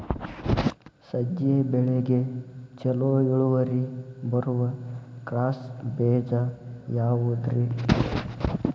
ಸಜ್ಜೆ ಬೆಳೆಗೆ ಛಲೋ ಇಳುವರಿ ಬರುವ ಕ್ರಾಸ್ ಬೇಜ ಯಾವುದ್ರಿ?